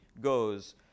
goes